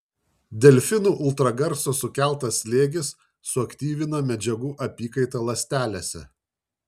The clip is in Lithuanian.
delfinų ultragarso sukeltas slėgis suaktyvina medžiagų apykaitą ląstelėse